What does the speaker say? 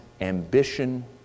ambition